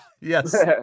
Yes